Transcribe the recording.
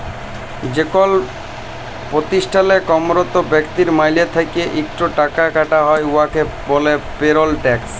যেকল পতিষ্ঠালে কম্মরত ব্যক্তির মাইলে থ্যাইকে ইকট টাকা কাটা হ্যয় উয়াকে ব্যলে পেরল ট্যাক্স